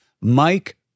Mike